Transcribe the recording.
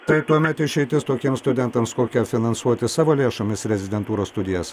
tai tuomet išeitis tokiems studentams kokią finansuoti savo lėšomis rezidentūros studijas